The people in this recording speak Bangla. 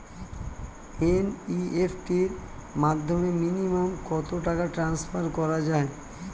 এন.ই.এফ.টি র মাধ্যমে মিনিমাম কত টাকা ট্রান্সফার করা যায়?